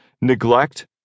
neglect